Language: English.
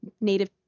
Native